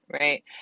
Right